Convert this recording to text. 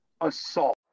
Assault